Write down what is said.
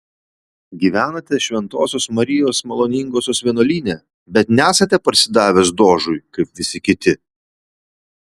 gyvenate šventosios marijos maloningosios vienuolyne bet nesate parsidavęs dožui kaip visi kiti